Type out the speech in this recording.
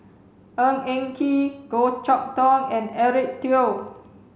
Ng Eng Kee Goh Chok Tong and Eric Teo